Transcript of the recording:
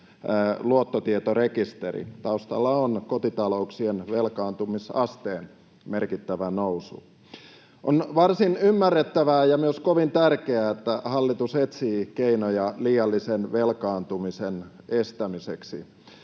luottotietorekisteri. Taustalla on kotitalouksien velkaantumisasteen merkittävä nousu. On varsin ymmärrettävää ja myös kovin tärkeää, että hallitus etsii keinoja liiallisen velkaantumisen estämiseksi.